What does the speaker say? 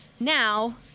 Now